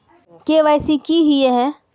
KYC की हिये है?